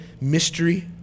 mystery